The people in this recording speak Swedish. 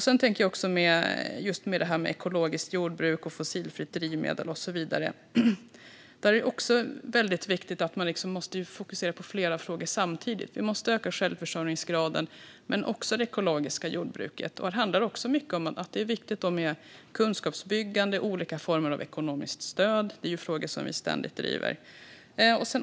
Sedan är det också när det gäller ekologiskt jordbruk, fossilfritt drivmedel och så vidare viktigt att fokusera på flera frågor samtidigt. Vi måste öka självförsörjningsgraden men också det ekologiska jordbruket. Det handlar mycket om att det är viktigt med kunskapsbyggande och olika former av ekonomiskt stöd, som är frågor som vi ständigt driver.